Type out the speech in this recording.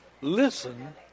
listen